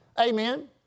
Amen